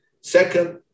Second